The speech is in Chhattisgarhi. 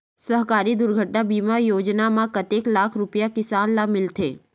सहकारी दुर्घटना बीमा योजना म कतेक लाख रुपिया किसान ल मिलथे?